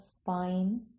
spine